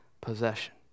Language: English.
possession